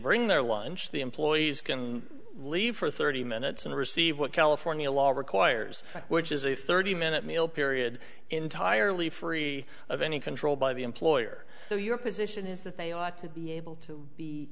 bring their lunch the employees can leave for thirty minutes and receive what california law requires which is a thirty minute meal period entirely free of any control by the employer so your position is that they ought to be able